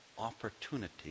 Opportunity